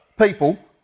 people